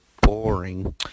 boring